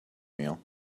meal